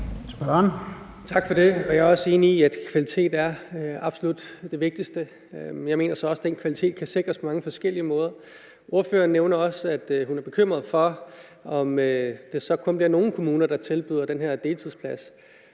Tak for det. Jeg er også enig i, at kvalitet er absolut det vigtigste. Jeg mener så også, at den kvalitet kan sikres på mange forskellige måder. Ordføreren nævner også, at hun er bekymret for, om det så kun bliver nogle kommuner, der tilbyder den her deltidsplads.